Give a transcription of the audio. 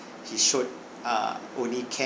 he showed uh only care